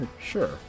Sure